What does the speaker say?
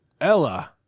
ella